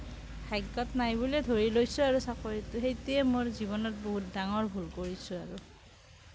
ভাগ্যত নাই বুলিয়েই ধৰি লৈছোঁ আৰু চাকৰিটো সেইটোৱেই মোৰ জীৱনত বহুত ডাঙৰ ভুল কৰিছোঁ আৰু